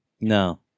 No